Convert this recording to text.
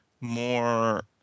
more